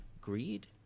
Greed